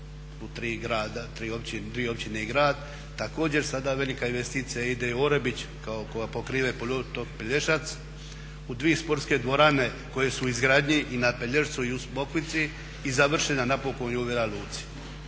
dvije općine i grad. Također sada velika investicija ide u Orebić koja pokriva i poluotok Pelješac u dvije sportske dvorane koje su u izgradnji i na Pelješcu i u Smokvici i završena napokon i u Vela Luci.